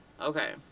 Okay